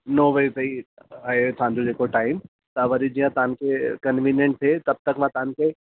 नौ बजे ताईं आहे असांजो जेको टाइम तव्हां वरी जीअं तव्हांखे कंवीनिएट थिए तब तक मां तव्हांखे